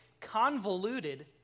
convoluted